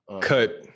cut